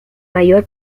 mayor